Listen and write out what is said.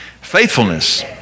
Faithfulness